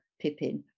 Pippin